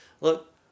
Look